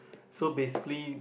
so basically